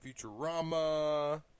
Futurama